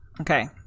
Okay